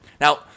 Now